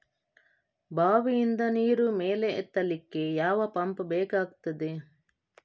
ಬಾವಿಯಿಂದ ನೀರು ಮೇಲೆ ಎತ್ತಲಿಕ್ಕೆ ಯಾವ ಪಂಪ್ ಬೇಕಗ್ತಾದೆ?